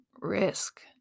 risk